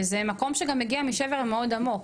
וזה מקום שגם מגיע משבר מאוד עמוק.